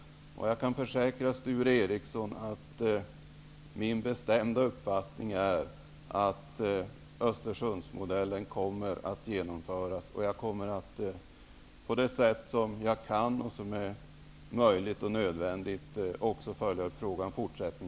Jag kan försäkra Sture Ericson att min bestämda uppfattning är att Östersundsmodellen skall genomföras. Jag kommer också fortsättningsvis på det sätt som jag kan och som är möjligt och nödvändigt att följa upp frågan.